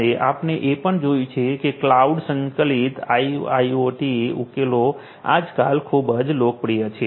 અને આપણે એ પણ જોયું છે કે ક્લાઉડ સંકલિત આઈઆઈઓટી ઉકેલો આજકાલ ખૂબ જ લોકપ્રિય છે